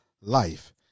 life